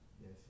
Yes